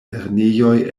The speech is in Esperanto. lernejoj